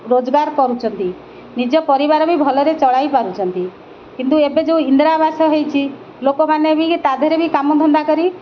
ରୋଜଗାର କରୁଛନ୍ତି ନିଜ ପରିବାର ବି ଭଲରେ ଚଳାଇ ପାରୁଛନ୍ତି କିନ୍ତୁ ଏବେ ଯେଉଁ ଇନ୍ଦିରା ଆବାସ ହେଇଛି ଲୋକମାନେ ବି ତା ଧିଅରେ ବି କାମ ଧନ୍ଦା କରି